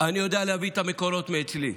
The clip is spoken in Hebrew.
אני יודע להביא את המקורות מאצלי,